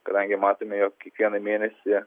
kadangi matome jog kiekvieną mėnesį